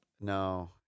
No